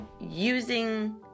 using